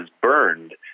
burned